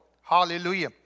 Hallelujah